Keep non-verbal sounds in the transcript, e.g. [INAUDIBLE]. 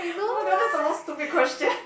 oh my god that's the most stupid question [LAUGHS]